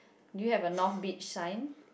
do you have a north beach sign